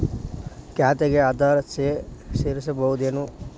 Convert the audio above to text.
ಖಾತೆಗೆ ಆಧಾರ್ ಸೇರಿಸಬಹುದೇನೂ?